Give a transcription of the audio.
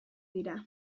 dira